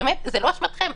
באמת זה לא אשמתכם,